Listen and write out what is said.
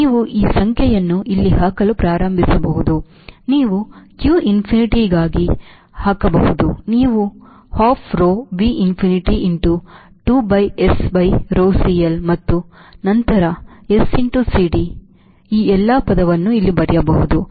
ಆದ್ದರಿಂದ ನೀವು ಈ ಸಂಖ್ಯೆಯನ್ನು ಇಲ್ಲಿ ಹಾಕಲು ಪ್ರಾರಂಭಿಸಬಹುದು ನೀವು q infinity ಕ್ಕಾಗಿ ಹಾಕಬಹುದು ನೀವು half rho V infinity into again 2 by S by rho CL ಮತ್ತು ನಂತರ S into CD ಮತ್ತು ಈ ಎಲ್ಲಾ ಪದವನ್ನು ಇಲ್ಲಿ ಬರೆಯಬಹುದು